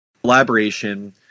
collaboration